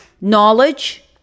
knowledge